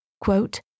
quote